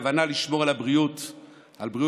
בכוונה לשמור על בריאות הציבור,